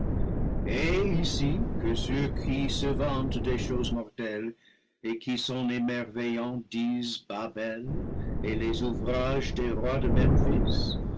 ici que ceux qui se vantent des choses mortelles et qui s'en émerveillant disent babel et les ou vrages des rois de memphis